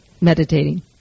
meditating